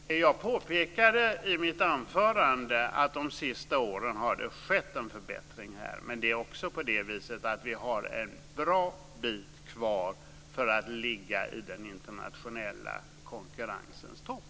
Fru talman! Jag påpekade i mitt anförande att det har skett en förbättring här de senaste åren. Men det är också så att vi har en bra bit kvar för att ligga i den internationella konkurrensens topp.